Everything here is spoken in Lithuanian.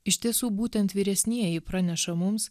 iš tiesų būtent vyresnieji praneša mums